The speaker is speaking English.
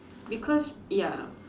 because ya